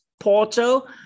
Porto